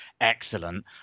excellent